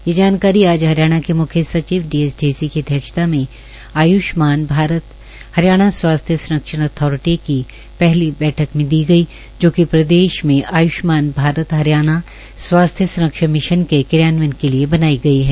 यह जानकारी आज हरियाणा के मुख्य सचिव श्री डी एस ढेसी की अध्यक्षता में आयुष्मान भारत हरियाणा स्वास्थ्य संरक्षण आथारिटी की पहली बैठक में दी गई जो कि प्रदेश में आयुष्मान भारत हरियाणा स्वास्थ्य संरक्षण मिशन के क्रियान्वयन के लिए बनाई गई है